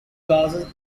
glasses